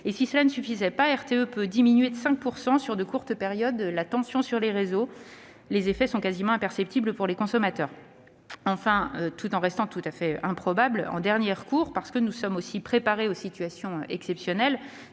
Si cela ne suffit pas, RTE peut diminuer de 5 % sur de courtes périodes la tension sur les réseaux : les effets d'une telle mesure sont quasiment imperceptibles pour les consommateurs. Enfin- un tel cas de figure reste tout à fait improbable -, en dernier recours, parce que nous sommes aussi préparés aux situations exceptionnelles,